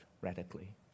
radically